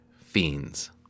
Fiends